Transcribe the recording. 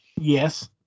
yes